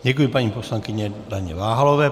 Děkuji paní poslankyni Daně Váhalové.